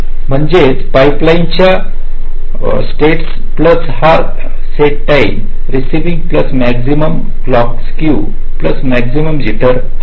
म्हणजेच पाईपलाईनच्या status plus हा set time receiving plus maximum clock skew plus maximum jitter असेल